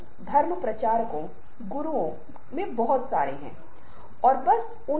हमारी संस्कृति में माना जाता है एक औरत की तुलना में एक आदमी अधिक विशिष्ट तरीके से क्रोध प्रदर्शित करता है